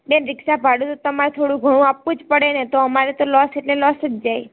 બેન રિક્ષા ભાડું તો તમારે થોડું ઘણું આપવું જ પડે ને તો અમારે તો લોસ એટલે લોસ જ જાય